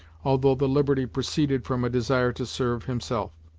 although the liberty proceeded from a desire to serve himself.